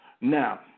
Now